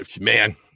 man